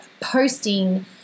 posting